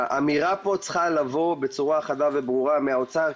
האמירה פה צריכה לבוא בצורה חדה וברורה מהאוצר.